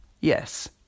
Yes